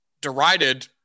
derided